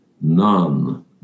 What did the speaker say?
None